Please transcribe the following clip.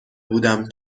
بودم